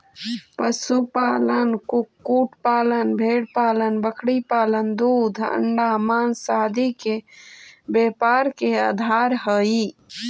पशुपालन, कुक्कुट पालन, भेंड़पालन बकरीपालन दूध, अण्डा, माँस आदि के व्यापार के आधार हइ